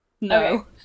No